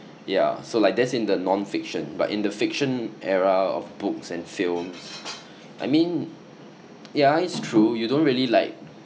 yeah so like that's in the nonfiction but in the fiction era of books and films I mean yeah it's true you don't really like